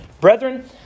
Brethren